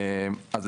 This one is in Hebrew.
אז,